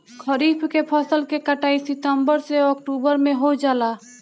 खरीफ के फसल के कटाई सितंबर से ओक्टुबर में हो जाला